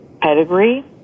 pedigree